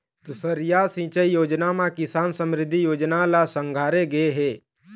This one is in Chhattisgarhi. दुसरइया सिंचई योजना म किसान समरिद्धि योजना ल संघारे गे हे